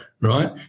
right